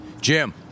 Jim